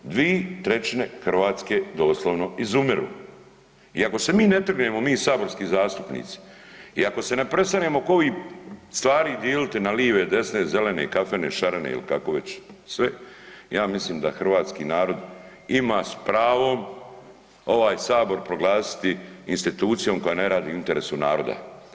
Dvije trećine Hrvatske doslovno izumiru i ako se mi ne trgnemo mi saborski zastupnici i ako se ne prestanemo oko ovih stvari diliti na live, desne, zelene, kafene, šarene ili kako već sve, ja mislim da hrvatski narod ima s pravom ovaj Sabor proglasiti institucijom koja ne radi u interesu naroda.